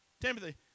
Timothy